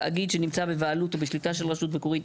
תאגיד שנמצא בבעלות או בשליטה של רשות מקומית,